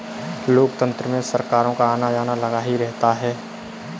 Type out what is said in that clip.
लोकतंत्र में सरकारों का आना जाना लगा ही रहता है